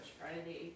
Friday